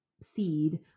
seed